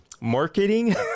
marketing